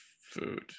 food